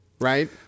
Right